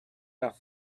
does